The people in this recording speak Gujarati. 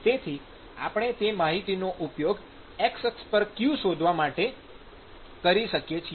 તેથી આપણે તે માહિતીનો ઉપયોગ qx શોધવા માટે કરી શકીએ છીએ